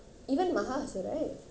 even maha also right